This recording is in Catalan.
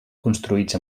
construïts